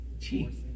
cheap